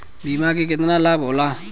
बीमा के केतना लाभ होला?